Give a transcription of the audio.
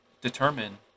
determine